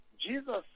Jesus